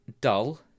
Dull